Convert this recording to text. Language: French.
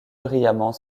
brillamment